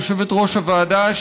יושבת-ראש הוועדה,